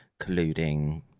colluding